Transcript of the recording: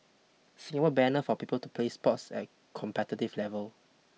Singapore banner for people to play sports at competitive level